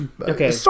okay